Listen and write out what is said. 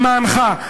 למענך,